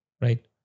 right